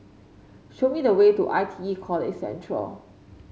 show me the way to I T E College Central